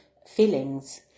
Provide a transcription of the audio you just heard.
Feelings